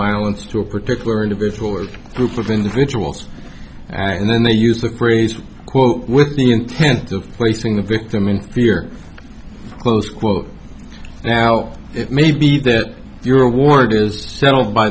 violence to a particular individual or group of individuals and then they use the phrase quote with the intent of placing the victim in fear close quote now it may be that your award is settled by